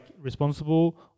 responsible